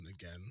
again